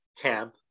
camp